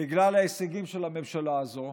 בגלל ההישגים של הממשלה הזו,